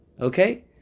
Okay